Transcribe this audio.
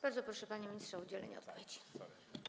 Bardzo proszę, panie ministrze, o udzielenie odpowiedzi.